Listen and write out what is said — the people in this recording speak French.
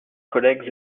collègues